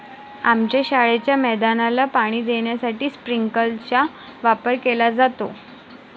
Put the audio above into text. आमच्या शाळेच्या मैदानाला पाणी देण्यासाठी स्प्रिंकलर चा वापर केला जातो